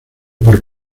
por